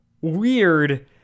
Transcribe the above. weird